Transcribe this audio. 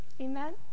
Amen